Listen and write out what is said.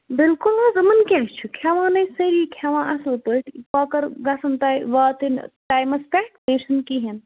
بِلکُل حظ یِمَن کیٛاہ چھُ کھیٚوان ہے سٲری کھیٚوان اَصٕل پٲٹھۍ کۄکَر گَژھَن تۄہہِ واتٕنۍ ٹایمَس پیٚٹھ بیٚیہِ چھُنہٕ کِہیٖنٛۍ